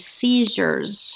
seizures